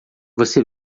você